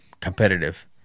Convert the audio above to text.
competitive